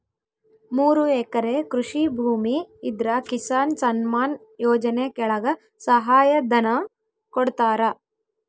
ಮೂರು ಎಕರೆ ಕೃಷಿ ಭೂಮಿ ಇದ್ರ ಕಿಸಾನ್ ಸನ್ಮಾನ್ ಯೋಜನೆ ಕೆಳಗ ಸಹಾಯ ಧನ ಕೊಡ್ತಾರ